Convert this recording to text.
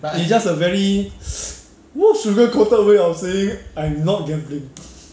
it's just a very !woo! sugar coated way of saying I'm not gambling